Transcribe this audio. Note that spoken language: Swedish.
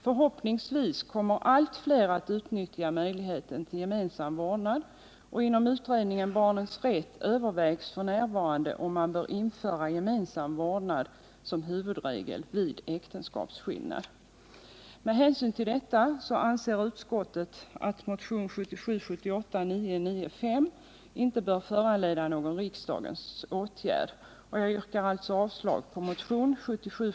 Förhoppningsvis kommer allt fler att utnyttja möjligheten till gemensam vårdnad, och inom utredningen om barnens rätt övervägs f. n. om man bör införa gemensam vårdnad som huvudregel vid äktenskapsskillnad. Med hänsyn till detta anser utskottet att motionen 1977/78:995 inte bör föranleda någon riksdagens åtgärd. Jag yrkar alltså avslag på den motionen.